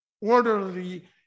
orderly